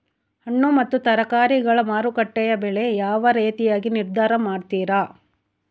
ಹಣ್ಣು ಮತ್ತು ತರಕಾರಿಗಳ ಮಾರುಕಟ್ಟೆಯ ಬೆಲೆ ಯಾವ ರೇತಿಯಾಗಿ ನಿರ್ಧಾರ ಮಾಡ್ತಿರಾ?